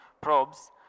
probes